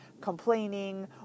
complaining